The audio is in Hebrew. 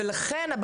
לכן,